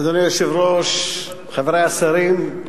אדוני היושב-ראש, חברי השרים,